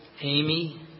Amy